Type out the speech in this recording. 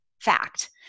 fact